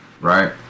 right